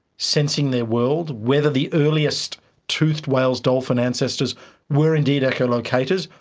sensing their world, whether the earliest toothed whales, dolphin ancestors were indeed echo-locators,